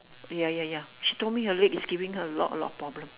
ya ya ya she told me her leg is giving her a lot a lot of problem